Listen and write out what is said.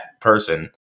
person